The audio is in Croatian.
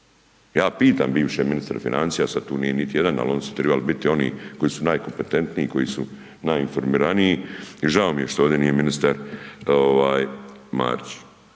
Ja pitam bivše ministre financija, sad tu nije niti jedan, ali oni su tribali biti, oni koji su najkompetentniji, koji su najinformiraniji i žao mi je što ovdje nije ministar Marić.